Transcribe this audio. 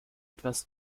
etwas